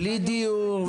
בלי דיור,